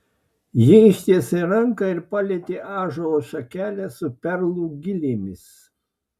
ji ištiesė ranką ir palietė ąžuolo šakelę su perlų gilėmis